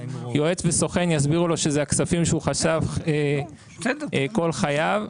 יועץ וסוכן יסבירו לו שזה הכספים שהוא חסך כל חייו.